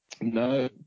No